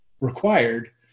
required